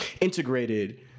integrated